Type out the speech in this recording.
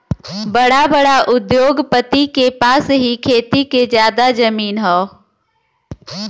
बड़ा बड़ा उद्योगपति के पास ही खेती के जादा जमीन हौ